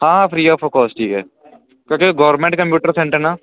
ਆਹ free of cost ਹੀ ਹੈ ਕਿਉਂਕਿ ਗਵਰਮੈਂਟ ਕੰਪਿਊਟਰ ਸੈਂਟਰ ਨਾਲ